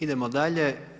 Idemo dalje.